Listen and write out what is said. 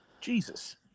jesus